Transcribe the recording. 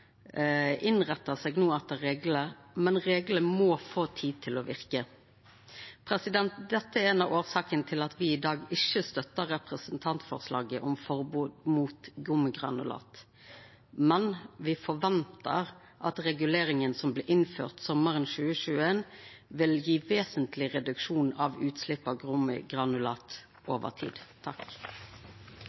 seg no etter reglane, men reglane må få tid til å verke. Dette er ei av årsakene til at vi i dag ikkje støttar representantforslaget om forbod mot gummigranulat. Men vi forventar at reguleringa som blei innført sommaren 2021, vil gje vesentleg reduksjon av utslepp av gummigranulat over tid.